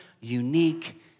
unique